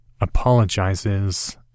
apologizes